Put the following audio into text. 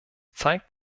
zeigt